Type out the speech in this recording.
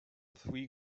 three